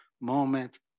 moment